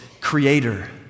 creator